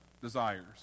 desires